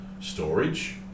storage